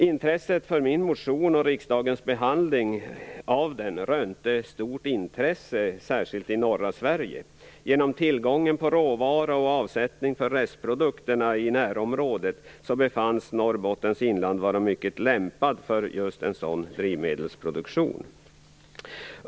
Intresset för, och riksdagsbehandlingen av, min motion rönte stort intresse, särskilt i norra Sverige. Genom tillgången till råvara och avsättningen för restprodukterna i närområdet, befanns Norrbottens inland vara ett mycket lämpat område för just en sådan drivmedelsproduktion.